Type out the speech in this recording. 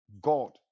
God